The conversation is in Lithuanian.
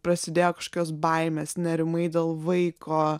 prasidėjo kažkokios baimės nerimai dėl vaiko